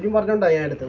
hundred and yeah